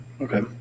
Okay